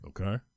okay